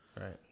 Right